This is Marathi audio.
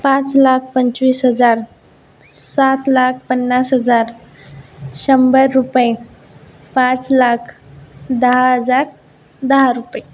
पाच लाख पंचवीस हजार सात लाख पन्नास हजार शंभर रुपये पाच लाख दहा हजार दहा रुपये